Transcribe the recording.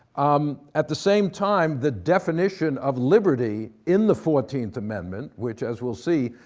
um at the same time, the definition of liberty in the fourteenth amendment which, as we'll see,